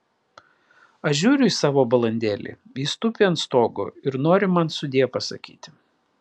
aš žiūriu į savo balandėlį jis tupi ant stogo ir nori man sudie pasakyti